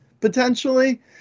potentially